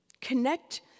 Connect